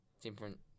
different